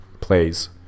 plays